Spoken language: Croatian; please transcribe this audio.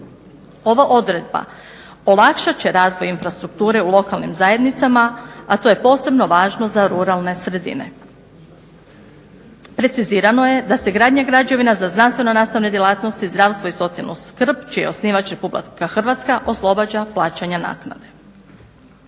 Ova odredba olakšat će razvoj infrastrukture u lokalnim zajednicama, a to je posebno važno za ruralne sredine. Precizirano je da se gradnja građevina za znanstveno-nastavne djelatnosti zdravstvo i socijalnu skrb čiji je osnivač Republika Hrvatska oslobađa plaćanja naknade.